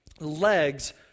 legs